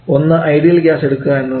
ഒന്ന് ideal gas എടുക്കുക എന്നതാണ്